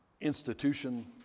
institution